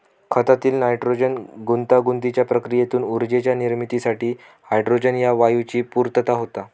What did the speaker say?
खतातील नायट्रोजन गुंतागुंतीच्या प्रक्रियेतून ऊर्जेच्या निर्मितीसाठी हायड्रोजन ह्या वायूची पूर्तता होता